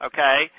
Okay